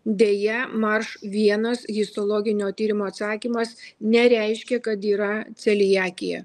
deja marš vienas histologinio tyrimo atsakymas nereiškia kad yra celiakija